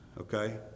okay